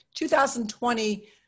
2020